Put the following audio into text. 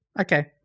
Okay